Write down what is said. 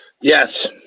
Yes